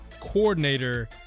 coordinator